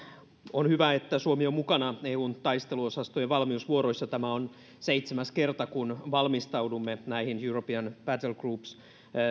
on hyvä että suomi on mukana eun taisteluosastojen valmiusvuoroissa tämä on seitsemäs kerta kun valmistaudumme tähän european battlegroups